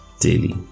daily